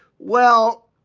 well,